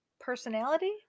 personality